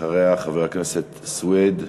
אחריה, חבר הכנסת סוייד,